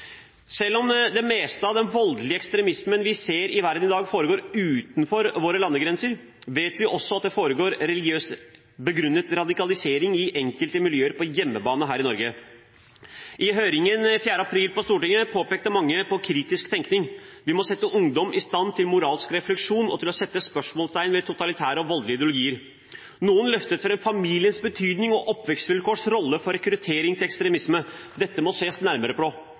Selv om det meste av den voldelige ekstremismen vi ser i verden i dag, foregår utenfor våre landegrenser, vet vi at det foregår religiøst begrunnet radikalisering i enkelte miljøer på hjemmebane også her i Norge. I høringen 4. april på Stortinget påpekte mange kritisk tenkning. Vi må sette ungdom i stand til moralsk refleksjon og til å sette spørsmålstegn ved totalitære og voldelige ideologier. Noen løftet fram familiens betydning og den rollen oppvekstvilkår har for rekruttering til ekstremisme. Dette må man se nærmere på.